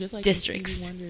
districts